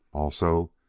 also,